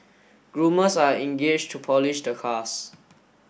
groomers are engaged to polish the cars